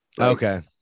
Okay